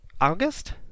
august